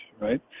right